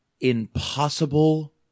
impossible